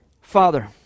Father